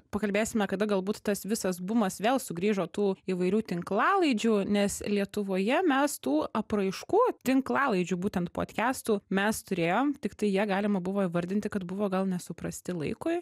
pakalbėsime kada galbūt tas visas bumas vėl sugrįžo tų įvairių tinklalaidžių nes lietuvoje mes tų apraiškų tinklalaidžių būtent podkestų mes turėjom tiktai jie galima buvo įvardinti kad buvo gal nesuprasti laikui